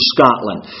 Scotland